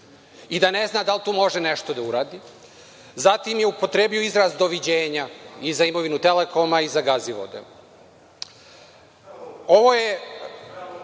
i da ne zna da li tu može nešto da uradi. Zatim, upotrebio je izraz „doviđenja“ i za imovinu „Telekoma“ i za „Gazivode“.Ovo